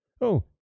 Oh